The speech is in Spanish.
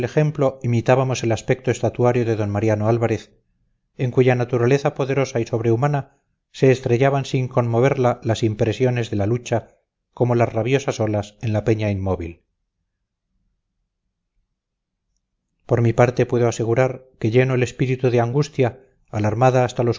ejemplo imitábamos el aspecto estatuario de d mariano álvarez en cuya naturaleza poderosa y sobrehumana se estrellaban sin conmoverla las impresiones de la lucha como las rabiosas olas en la peña inmóvil por mi parte puedo asegurar que lleno el espíritu de angustia alarmada hasta lo